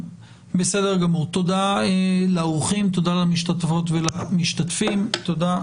תודה לאורחים, תודה למשתתפות ולמשתתפים, תודה.